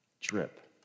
drip